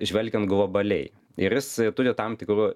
žvelgiant globaliai ir jis turi tam tikro